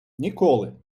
ніколи